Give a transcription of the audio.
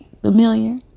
familiar